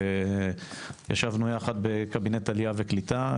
ישבנו יחד בקבינט עלייה וקליטה,